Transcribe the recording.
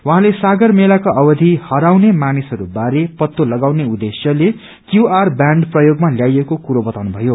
उझँले सागर मेलाको अवधि हराउने मनिसहरू बारे पत्तो तगाउने उद्देश्यले क्यूओर ब्याण्ड प्रयोगमा ल्याइएको कुरा बताउनु भयो